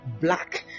black